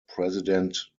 president